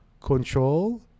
Control